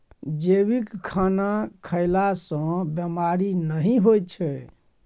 जैविक खाना खएला सँ बेमारी नहि होइ छै